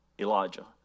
Elijah